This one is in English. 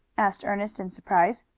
asked ernest in surprise.